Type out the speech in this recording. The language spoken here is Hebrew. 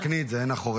תתקני את זה, עין החורש.